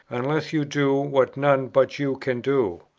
unless you do what none but you can do.